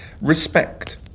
Respect